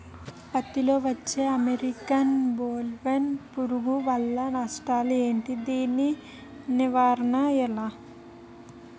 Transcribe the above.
పత్తి లో వచ్చే అమెరికన్ బోల్వర్మ్ పురుగు వల్ల నష్టాలు ఏంటి? దాని నివారణ ఎలా?